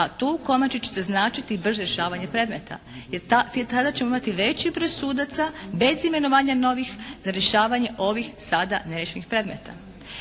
a to u konačnici će značiti i brže rješavanje predmeta. Jer tada ćemo imati već broj sudaca bez imenovanja novih za rješavanje ovih sada neriješenih predmeta.